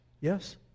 Yes